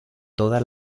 toda